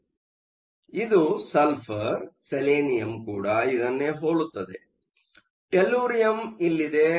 ಆದ್ದರಿಂದ ಇದು sulphur selenium ಕೂಡ ಇದನ್ನೇ ಹೋಲುತ್ತದೆ ಟೆಲ್ಲುರಿಯಂ ಇಲ್ಲಿದೆ